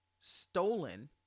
stolen